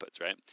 right